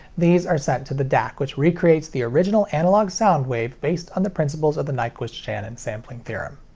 these are sent to the dac, which recreates the original analog sound wave based on the principles of the nyquist-shannon sampling theorem.